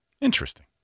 Interesting